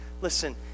listen